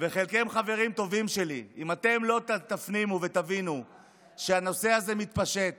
וחלקכם חברים טובים שלי: אם אתם לא תפנימו ותבינו שהנושא הזה מתפשט